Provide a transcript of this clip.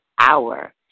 hour